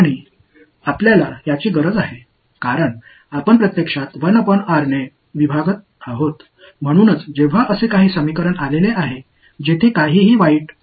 எனவே இது 0 க்கு சமம் என்பது ஒருபோதும் நடக்காது அது தான் நமக்குத் தேவை ஏனென்றால் நாம் உண்மையில் ஐ வகுக்கிறோம்